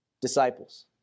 Disciples